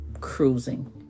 cruising